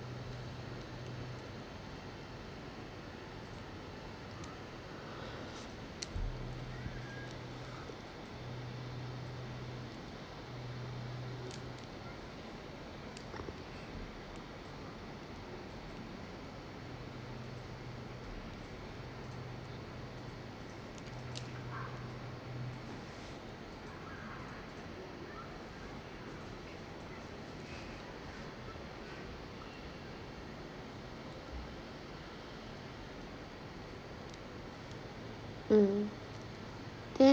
mm then